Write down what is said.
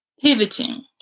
pivoting